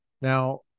Now